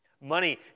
Money